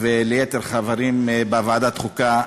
וליתר החברים בוועדת חוקה.